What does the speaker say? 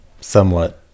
somewhat